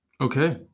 okay